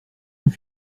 nous